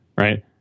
right